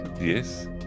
yes